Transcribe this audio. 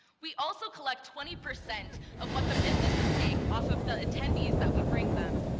we also collect twenty percent of what the businesses make off of the attendees that we bring them,